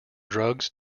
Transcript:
drugs